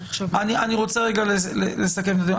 אני רוצה לסכם את זה.